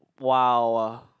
wow